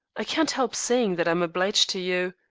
i can't help saying that i am obliged to you.